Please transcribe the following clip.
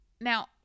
Now